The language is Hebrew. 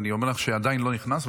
אני אומר לך שעדיין לא נכנס,